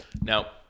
now